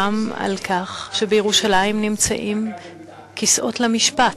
על כך שבירושלים "ישבו כסאות למשפט,